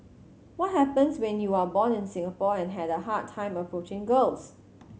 what happens when you are born in Singapore and had a hard time approaching girls